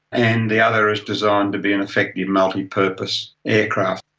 and the other is designed to be an effective multi-purpose aircraft.